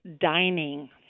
dining